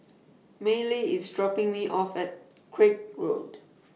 Mallie IS dropping Me off At Craig Road